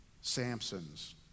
Samsons